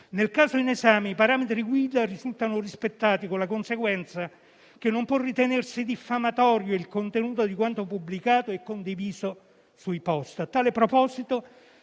«Nel caso in esame, i parametri guida risultano rispettati, con la conseguenza che non può ritenersi diffamatorio il contenuto di quanto pubblicato e condiviso sui *post*. A tale proposito,